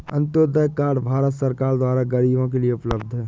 Antyodaya card Bharat सरकार द्वारा गरीबो के लिए उपलब्ध है